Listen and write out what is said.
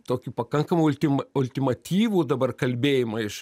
tokį pakankamai ultima ultimatyvų dabar kalbėjimą iš